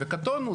וקטונו.